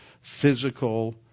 physical